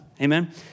Amen